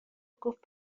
گفت